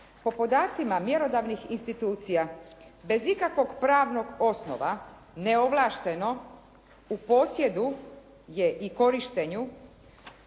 Po podacima mjerodavnih institucija, bez ikakvog pravnog osnova, neovlašteno, u posjedu je i korištenju